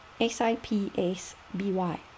S-I-P-S-B-Y